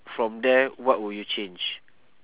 from there what will you change